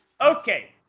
okay